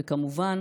וכמובן